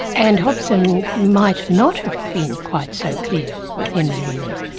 and hobson might not have been quite so clear with henry williams.